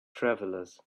travelers